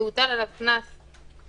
שהוטל עליו קנס לאחר